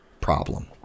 problem